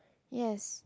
yes